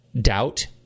doubt